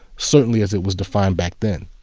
certainly as it was defined back then.